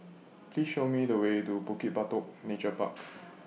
Please Show Me The Way to Bukit Batok Nature Park